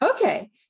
Okay